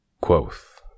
Quoth